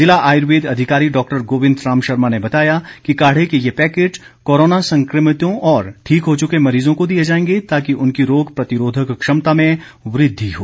जिला आयुर्वेद अधिकारी डॉक्टर गोविन्द राम शर्मा ने बताया कि काढ़े के यह पैकेट कोरोना संक्रमितों और ठीक हो चुके मरीजों को दिए जाएंगे ताकि उनकी रोग प्रतिरोधक क्षमता में वृद्धि हो